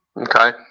Okay